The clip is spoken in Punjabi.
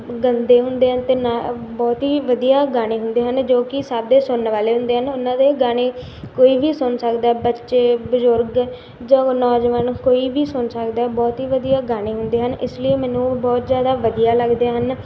ਗੰਦੇ ਹੁੰਦੇ ਹਨ ਅਤੇ ਨਾ ਬਹੁਤ ਹੀ ਵਧੀਆ ਗਾਣੇ ਹੁੰਦੇ ਹਨ ਜੋ ਕਿ ਸਭ ਦੇ ਸੁਣਨ ਵਾਲੇ ਹੁੰਦੇ ਹਨ ਉਹਨਾਂ ਦੇ ਗਾਣੇ ਕੋਈ ਵੀ ਸੁਣ ਸਕਦਾ ਬੱਚੇ ਬਜ਼ੁਰਗ ਜੋ ਨੌਜਵਾਨ ਕੋਈ ਵੀ ਸੁਣ ਸਕਦਾ ਬਹੁਤ ਹੀ ਵਧੀਆ ਗਾਣੇ ਹੁੰਦੇ ਹਨ ਇਸ ਲਈ ਮੈਨੂੰ ਬਹੁਤ ਜ਼ਿਆਦਾ ਵਧੀਆ ਲੱਗਦੇ ਹਨ